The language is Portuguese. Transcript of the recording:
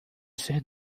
ser